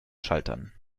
schaltern